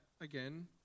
again